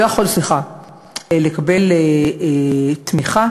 לקבל תמיכה